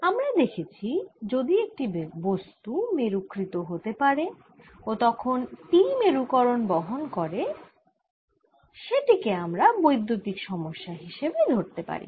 আমরা দেখেছি যদি একটি বস্তু মেরুকৃত হতে পারে ও তখন P মেরুকরণ বহন করে আমরা সেটিকে বৈদ্যুতিক সমস্যা হিসেবে ধরতে পারি